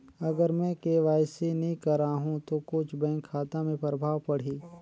अगर मे के.वाई.सी नी कराहू तो कुछ बैंक खाता मे प्रभाव पढ़ी?